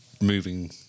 moving